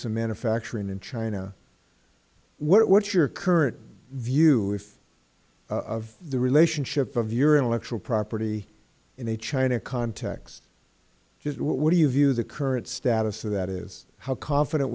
some manufacturing in china what is your current view of the relationship of your intellectual property in a china context what do you view the current status is how confident